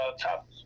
top